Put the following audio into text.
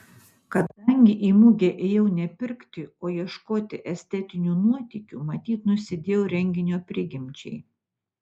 kadangi į mugę ėjau ne pirkti o ieškoti estetinių nuotykių matyt nusidėjau renginio prigimčiai